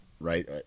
right